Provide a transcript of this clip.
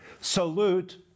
salute